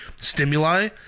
stimuli